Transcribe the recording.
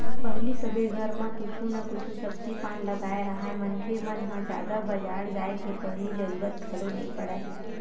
पहिली सबे घर म कुछु न कुछु सब्जी पान लगाए राहय मनखे मन ह जादा बजार जाय के पहिली जरुरत घलोक नइ पड़य